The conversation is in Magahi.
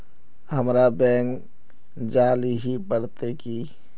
हमरा बैंक जाल ही पड़ते की?